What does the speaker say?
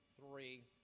three